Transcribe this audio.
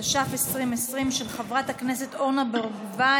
התש"ף 2020, של חברת הכנסת אורנה ברביבאי.